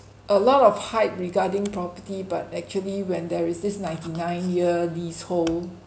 a lot of hype regarding property but actually when there is this ninety-nine year leasehold